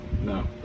No